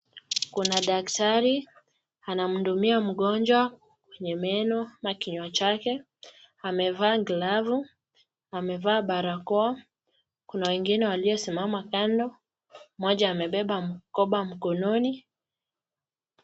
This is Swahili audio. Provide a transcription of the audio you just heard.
Kuna dakitari anam hudumia mgonjwa kwenye meno ama kinywa chake amevaa glavu, amevaa barakoa, kuna wengine walio simama kando moja amebeba mkoba mkononi.